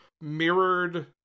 mirrored